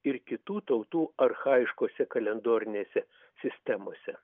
ir kitų tautų archajiškose kalendorinėse sistemose